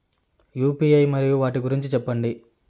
UPI మరియు వాటి గురించి సెప్పండి?